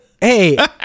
Hey